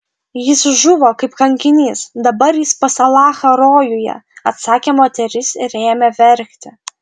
jis žuvo kaip kankinys dabar jis pas alachą rojuje atsakė moteris ir ėmė verkti